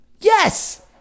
Yes